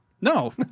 No